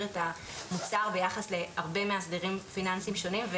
את המוצר ביחס להרבה מאסדרים פיננסיים שונים.